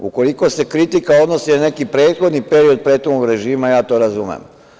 Ukoliko se kritika odnosi na neki prethodni period pre tog režima, to razumem.